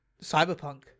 Cyberpunk